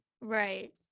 Right